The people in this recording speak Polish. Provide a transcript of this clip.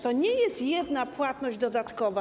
To nie jest jedna płatność dodatkowa.